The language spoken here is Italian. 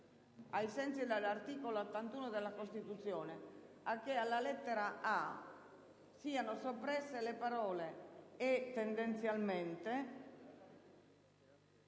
ai sensi dell'articolo 81 della Costituzione a che alla lettera *a)* siano soppresse le parole "e tendenzialmentea